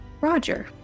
Roger